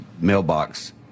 mailbox